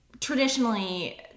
traditionally